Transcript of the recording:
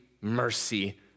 mercy